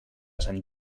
sant